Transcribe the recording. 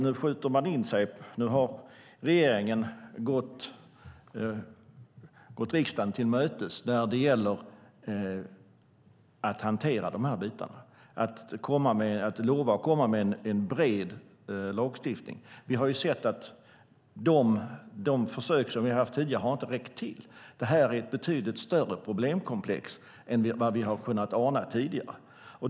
Nu har regeringen gått riksdagen till mötes när det gäller att hantera de här bitarna och lovat komma med en bred lagstiftning. Vi har sett att de försök som har gjorts tidigare inte har räckt till. Det här är ett betydligt större problemkomplex än vad vi har kunnat ana tidigare.